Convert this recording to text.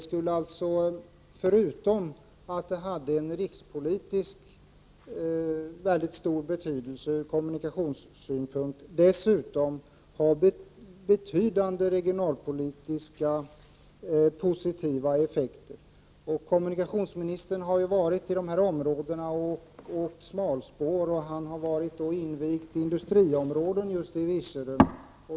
Förutom att en vägupprustning skulle ha stor rikspolitisk betydelse ur kommmunikationssynpunkt, skulle den ge betydande regionalpolitiska positiva effekter. Kommunikationsministern har ju varit i området och åkt smalspårig järnväg och invigt industriområden i Virserum.